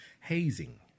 hazing